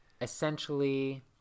essentially